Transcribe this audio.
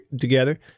together